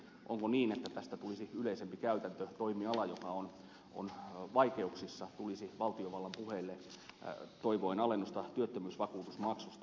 onko niin että tästä tulisi yleisempi käytäntö että toimiala joka on vaikeuksissa tulisi valtiovallan puheille toivoen alennusta työttömyysvakuutusmaksusta